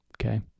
okay